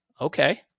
Okay